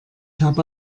habe